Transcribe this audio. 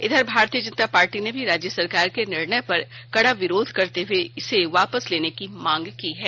इधर भारतीय जनता पार्टी ने भी राज्य सरकार के निर्णय पर कड़ा विरोध करते हुए इसे वापस लेने की मांग की है